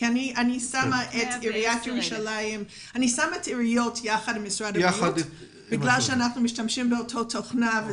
אני שמה את העיריות יחד עם משרד הבריאות כי אנחנו משתמשים באותה תוכנה.